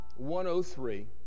103